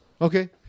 Okay